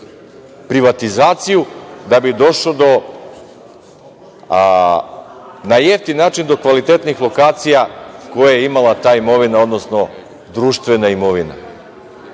privatizaciju, da bi došao na jeftin način do kvalitetnih lokacija koje je imala ta imovina, odnosno društvena imovina.